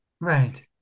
right